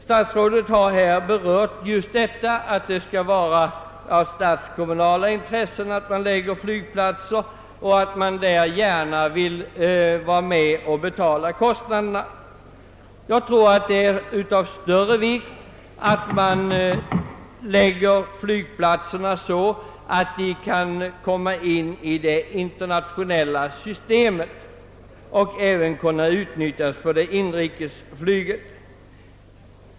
Statsrådet har anfört att flygplatsernas förläggning skall avgöras med hänsyn till de kommunala intressena och att staten då gärna hjälper till med kostnaderna. Det är av större vikt att flygplatserna förläggs så att de kan inlemmas i det internationella systemet och samtidigt kan utnyttjas för inrikesflyget.